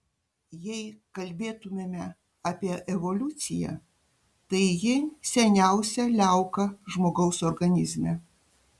jei kalbėtumėme apie evoliuciją tai ji seniausia liauka žmogaus organizme